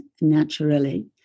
naturally